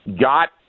got